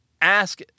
ask